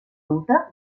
utah